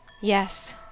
Yes